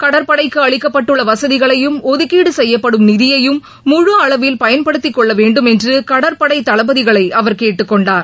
கடற்படைக்குஅளிக்கப்பட்டுள்ளவசதிகளையும் ஒதுக்கீடுசெய்யப்படும் நிதியையும் முழு அளவில் பயன்படுத்திக் கொள்ளவேண்டுமென்றுகடற்படைதளபதிகளைஅவர் கேட்டுக் கொண்டார்